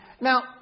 Now